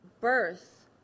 birth